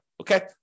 Okay